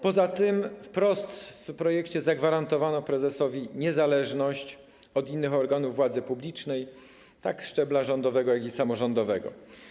Poza tym wprost w projekcie zagwarantowano prezesowi niezależność od innych organów władzy publicznej tak szczebla rządowego, jak i samorządowego.